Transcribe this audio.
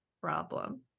problem